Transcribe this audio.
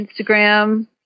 Instagram